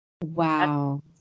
wow